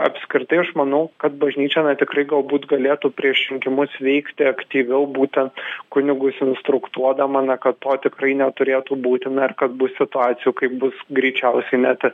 apskritai aš manau kad bažnyčia na tikrai galbūt galėtų prieš rinkimus veikti aktyviau būtent kunigus instruktuodama na kad to tikrai neturėtų būti na ir kad bus situacijų kai bus greičiausiai net